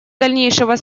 дальнейшего